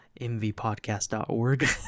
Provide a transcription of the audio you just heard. mvpodcast.org